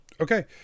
Okay